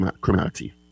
criminality